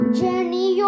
journey